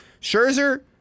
Scherzer